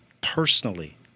personally